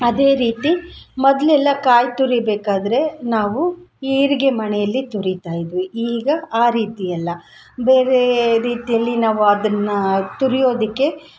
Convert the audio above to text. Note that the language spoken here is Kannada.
ಅದೇ ರೀತಿ ಮೊದ್ಲೆಲ್ಲ ಕಾಯಿ ತುರೀಬೇಕಾದ್ರೆ ನಾವು ಈಳ್ಗೆ ಮಣೆಯಲ್ಲಿ ತುರೀತಾ ಇದ್ವಿ ಈಗ ಆ ರೀತಿಯಲ್ಲ ಬೇರೇ ರೀತಿಯಲ್ಲಿ ನಾವು ಅದನ್ನು ತುರಿಯೋದಕ್ಕೆ